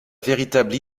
véritable